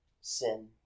sin